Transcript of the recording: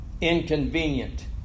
inconvenient